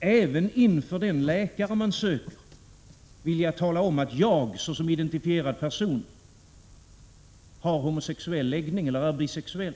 även inför den läkare man söker tala om att jag, såsom identifierad person, har homosexuell läggning eller är bisexuell.